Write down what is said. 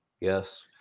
yes